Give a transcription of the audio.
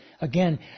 Again